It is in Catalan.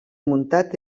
muntat